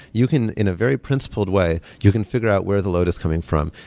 you can in a very principled way, you can figure out where the load is coming from.